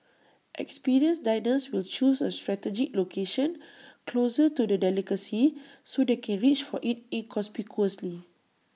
experienced diners will choose A strategic location closer to the delicacy so they can reach for IT inconspicuously